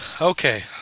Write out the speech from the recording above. Okay